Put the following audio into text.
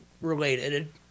related